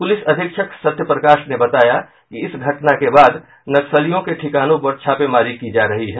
police अधीक्षक सत्य प्रकाश ने बताया कि इस घटना के बाद नक्सलियों के ठिकानों पर छापेमारी की जा रही है